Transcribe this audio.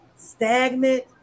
Stagnant